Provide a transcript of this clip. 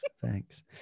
Thanks